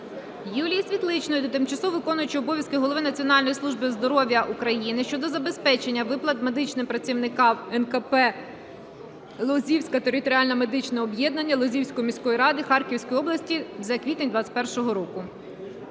Юлії СвітличноЇ до тимчасово виконуючого обов'язки голови Національної служби здоров'я України щодо забезпечення виплат медичним працівникам КНП "Лозівське територіальне медичне об'єднання" Лозівської міської ради Харківської області за квітень 2021 року.